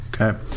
Okay